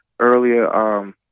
earlier